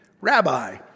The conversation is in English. Rabbi